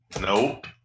Nope